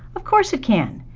of course it can!